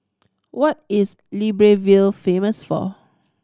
what is Libreville famous for